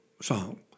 song